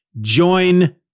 join